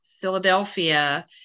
Philadelphia